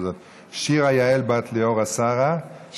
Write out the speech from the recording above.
שירה יעל בת ליאורה שרה,